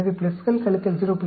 எனவே பிளஸ்கள் கழித்தல் 0